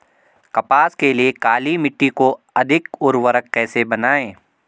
कपास के लिए काली मिट्टी को अधिक उर्वरक कैसे बनायें?